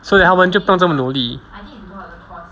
so then 他们就不用那么努力